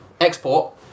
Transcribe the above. export